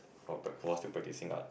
who are who are still practising art